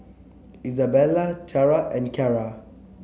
Izabella Tiarra and Kyara